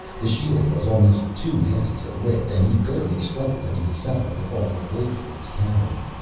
the shield was almost too heavy to lift, and he barely struggled into the saddle with all the weight he was carrying.